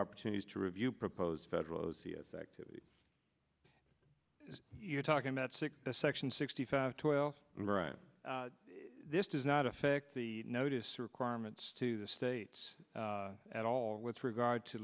opportunities to review proposed federal o c s activity you're talking about six section sixty five twelve right this does not affect the notice requirements to the states at all with regard to